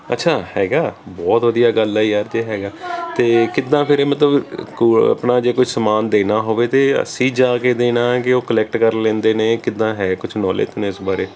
ਅੱਛਾ ਹੈਗਾ ਬਹੁਤ ਵਧੀਆ ਗੱਲ ਹੈ ਯਾਰ ਜੇ ਹੈਗਾ ਅਤੇ ਕਿੱਦਾਂ ਫਿਰ ਇਹ ਮਤਲਬ ਕੋ ਆਪਣਾ ਜੇ ਕੋਈ ਸਮਾਨ ਦੇਣਾ ਹੋਵੇ ਤਾਂ ਅਸੀਂ ਜਾ ਕੇ ਦੇਣਾ ਕਿ ਉਹ ਕਲੈਕਟ ਕਰ ਲੈਂਦੇ ਨੇ ਕਿੱਦਾਂ ਹੈ ਕੁਛ ਨੋਲੇਜ ਤੈਨੂੰ ਇਸ ਬਾਰੇ